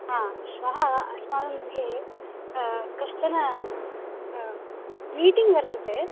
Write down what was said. हा श्वः अस्माकं गृहे कश्चन मीटिङ्ग् वर्तते